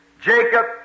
Jacob